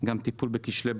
גם טיפול בכשלי בטיחות,